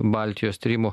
baltijos tyrimų